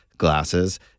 glasses